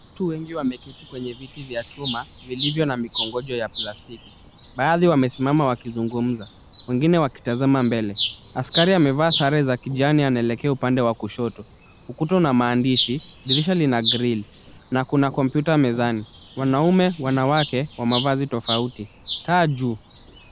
Watu wengi wameketi kwenye viti vya chuma vilivyo na mikongojo ya plastiki. Baadhi wamesimama wakizungumza wengine wakitazama mbele. Askari amevaa sare za kijani anaelekea upande wa kushoto. Ukuta una maandishi, dirisha lina grill na kuna computer mezani. Wanaume, wanawake wa mavazi tofauti. Taa juu.